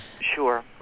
Sure